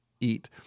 eat